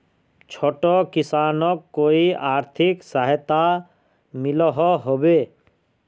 छोटो किसानोक कोई आर्थिक सहायता मिलोहो होबे?